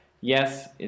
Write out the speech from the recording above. yes